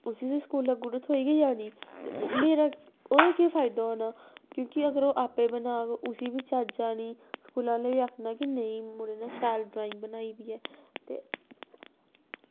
उसी ते स्कूला गुड थ्होई गै जानी ते मेरा ओह् केह् फायदा होना क्योंकि अगर ओह् आपें बनाग उसी बी चज्ज आनी सगुआं उ'नें बी आखना कि नेईं मुड़े नै शैल ड्राईंग बनाई दी ऐ ते